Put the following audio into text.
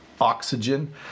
oxygen